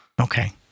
Okay